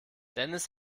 dennis